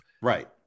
right